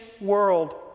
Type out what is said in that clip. world